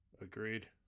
Agreed